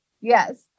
Yes